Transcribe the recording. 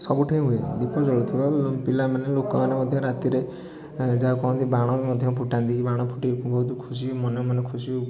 ସବୁଠିଁ ହୁଏ ଦୀପ ଜଳୁଥିବ ପିଲାମାନେ ଲୋକମାନେ ମଧ୍ୟ ରାତିରେ ଏଁ ଯାହାକୁ କୁହନ୍ତି ବାଣ ମଧ୍ୟ ଫୁଟାନ୍ତି ବାଣ ଫୁଟେଇ ବହୁତ ଖୁସି ମନେ ମନେ ଖୁସି